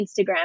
Instagram